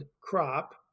crop